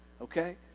okay